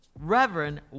Reverend